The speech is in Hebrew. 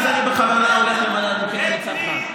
מה זה אני בכוונה הולך למדד המחירים לצרכן?